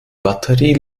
batterie